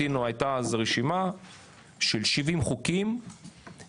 הייתה אז רשימה של כ-70 חוקים,